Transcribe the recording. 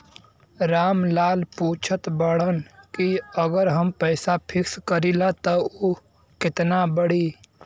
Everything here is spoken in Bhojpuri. राम लाल पूछत बड़न की अगर हम पैसा फिक्स करीला त ऊ कितना बड़ी?